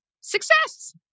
success